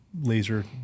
laser